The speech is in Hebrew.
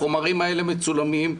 החומרים מצולמים.